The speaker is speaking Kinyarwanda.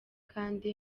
kandi